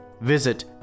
Visit